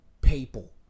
people